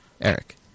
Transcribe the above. Eric